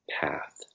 path